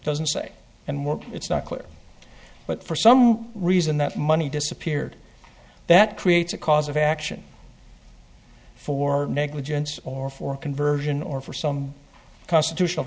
doesn't say and what it's not clear but for some reason that money disappeared that creates a cause of action for negligence or for conversion or for some constitutional